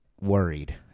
worried